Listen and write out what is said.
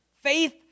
Faith